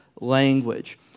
language